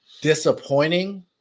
disappointing